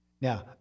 Now